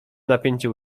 napięcie